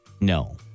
No